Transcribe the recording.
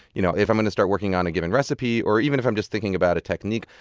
you know if i'm going to start working on a given recipe or even if i'm just thinking about a technique,